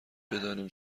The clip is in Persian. بدانیم